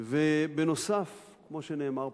בנוסף, כמו שנאמר פה,